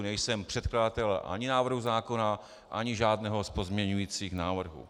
Nejsem předkladatel ani návrhu zákona ani žádného z pozměňovacích návrhů.